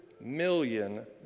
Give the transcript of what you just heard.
million